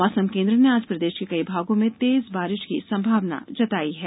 मौसम केंद्र ने आज प्रदेष के कई भागों में तेज बारिष की संभावना जताई है